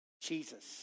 Jesus